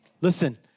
Listen